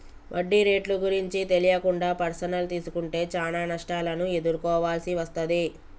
వడ్డీ రేట్లు గురించి తెలియకుండా పర్సనల్ తీసుకుంటే చానా నష్టాలను ఎదుర్కోవాల్సి వస్తది